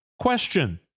question